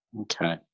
Okay